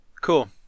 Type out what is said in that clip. Cool